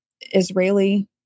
Israeli